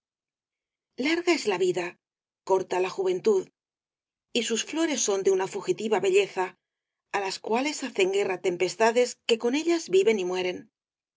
larga es la vida corta la juventud y sus flores son de una fugitiva belleza á las cuales hacen guerra tempestades que con ellas viven y mueren